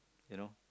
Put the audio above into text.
you know